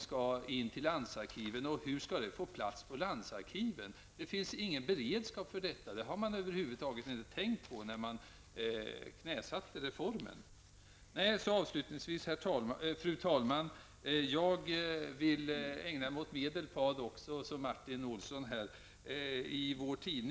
Hur skall för övrigt detta material få plats på landsarkiven? Det finns ingen beredskap för detta, något som man över huvud taget inte tänkte på när reformen knäsattes. Avslutningsvis, fru talman, skall jag i likhet med Martin Olsson säga något om situationen i Medelpad.